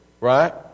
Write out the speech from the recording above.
right